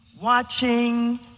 watching